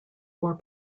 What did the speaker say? war